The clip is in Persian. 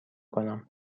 کنم